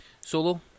Solo